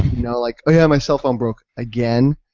you know like, oh yeah, my cellphone broke again?